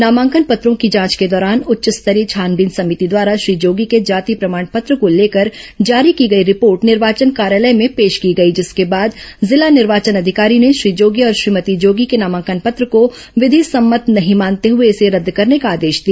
नामांकन पत्रों की जांच के दौरान उच्च स्तरीय छानबीन समिति द्वारा श्री जोगी के जाति प्रमाण पत्र को लेकर जारी की गई रिपोर्ट निर्वाचन कार्यालय में पेश की गई जिसके बाद जिला निर्वाचन अधिकारी ने श्री जोगी और श्रीमती जोगी के नामांकन पत्र को विधि सम्मत नहीं मानते हुए इसे रद्द करने का आदेश दिया